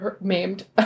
maimed